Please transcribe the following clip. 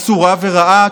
אסורה ורעה,